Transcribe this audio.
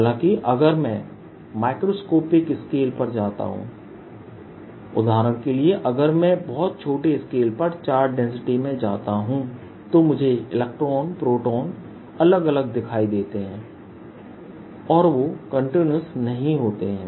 हालांकि अगर मैं माइक्रोस्कोपिक स्केल पर जाता हूं उदाहरण के लिए अगर मैं बहुत छोटे स्केल पर चार्ज डेंसिटी में जाता हूं तो मुझे इलेक्ट्रॉन प्रोटॉन अलग अलग दिखाई देते हैं और वे कंटीन्यूअस नहीं होते हैं